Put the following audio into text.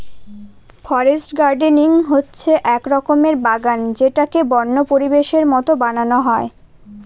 forest gardening হচ্ছে এক রকমের বাগান যেটাকে বন্য পরিবেশের মতো বানানো হয়